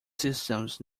systems